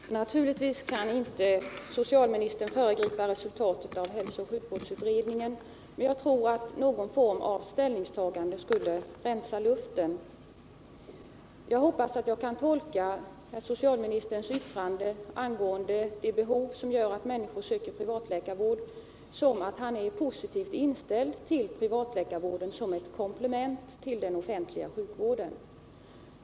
Herr talman! Naturligtvis kan inte socialministern föregripa resultatet av hälsooch sjukvårdsutredningen, men jag tror att någon form av ställningstagande skulle rensa luften. Jag hoppas att jag kan tolka socialministerns yttrande angående de behov som gör att människor söker privatläkarvård som att han är positivt inställd till privatläkarvården som ett komplement till den offentliga sjukvården.